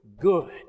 good